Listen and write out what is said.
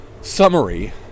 summary